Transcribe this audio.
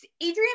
Adrian